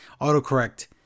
autocorrect